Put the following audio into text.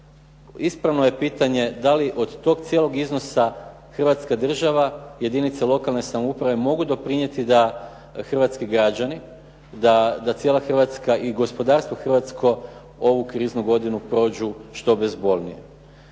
ispravno je pitanje da li od tog cijelog iznosa Hrvatska država, jedinice lokalne samouprave mogu doprinijeti da hrvatski građani, da cijela Hrvatska i gospodarstvo hrvatsko ovu kriznu godinu prođu što bezbolnije.